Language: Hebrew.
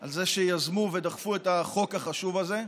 על שיזמו ודחפו את החוק החשוב הזה,